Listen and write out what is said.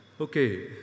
okay